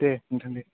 दे नोंथां दे